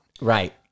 Right